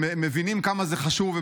הם מבינים כמה זה חשוב,